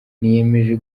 niyemeje